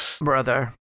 Brother